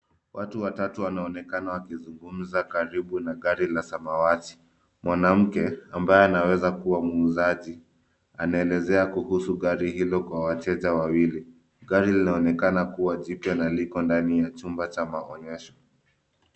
Watu watatu wanaonekana wakizungumza karibu na gari la samawati. Mwanamke, ambaye anaweza kuwa muuzaji anaelezea kuhusu gari hilo kwa wateja wawili. Gari linaonekana kuwa jipya na liko ndani ya chumba cha maonyesho.